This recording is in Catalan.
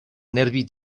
nervi